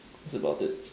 that's about it